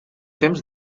temps